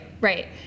right